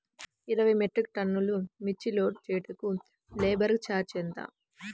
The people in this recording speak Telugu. ఇరవై మెట్రిక్ టన్నులు మిర్చి లోడ్ చేయుటకు లేబర్ ఛార్జ్ ఎంత?